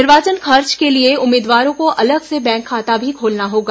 निर्वाचन खर्च के लिए उम्मीदवारों को अलग से बैंक खाता भी खोलना होगा